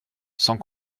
sans